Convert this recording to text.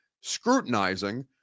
scrutinizing